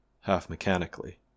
half-mechanically